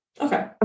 Okay